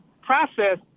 process